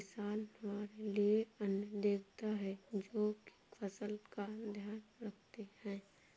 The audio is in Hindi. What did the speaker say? किसान हमारे लिए अन्न देवता है, जो की फसल का ध्यान रखते है